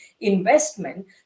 investment